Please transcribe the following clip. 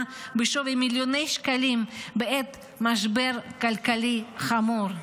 בשווי מיליוני שקלים בעת משבר כלכלי חמור.